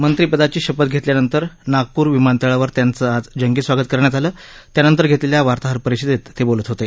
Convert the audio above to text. मंत्रीपदाची शपथ घेतल्यानंतर नागप्र विमानतळावर त्यांचं आज जंगी स्वागत करण्यात आलं त्यानंतर घेतलेल्या वार्ताहरपरिषदेत ते बोलत होते